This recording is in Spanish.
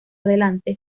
adelante